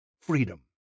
freedom